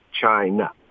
China